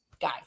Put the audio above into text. guy